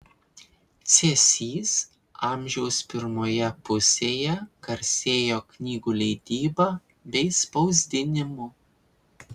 cėsys amžiaus pirmoje pusėje garsėjo knygų leidyba bei spausdinimu